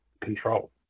control